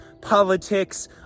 politics